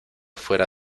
fuera